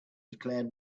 declared